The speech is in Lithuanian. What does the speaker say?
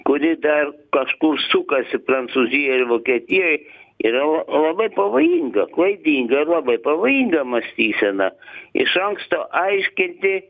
kuri dar kažkur sukasi prancūzijoj vokietijoj yra la labai pavojinga klaidinga ir labai pavojinga mąstysena iš anksto aiškinti